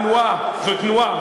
זו תנועה,